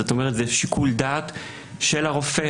זאת אומרת זה שיקול דעת של הרופא.